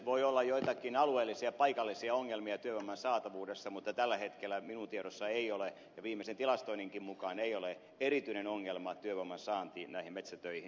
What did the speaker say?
voi olla joitakin alueellisia paikallisia ongelmia työvoiman saatavuudessa mutta tällä hetkellä minun tiedossani ei ole ja viimeisen tilastoinninkin mukaan ei ole erityinen ongelma työvoiman saanti näihin metsätöihin